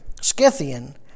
scythian